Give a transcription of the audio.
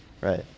Right